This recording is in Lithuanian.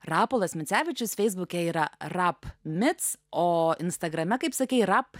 rapolas micevičius feisbuke yra rap mic o instagrame kaip sakei rap